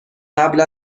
قبل